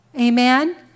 amen